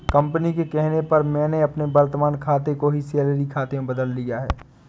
company के कहने पर मैंने अपने वर्तमान खाते को ही सैलरी खाते में बदल लिया है